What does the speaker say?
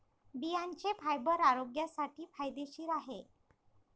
बियांचे फायबर आरोग्यासाठी फायदेशीर आहे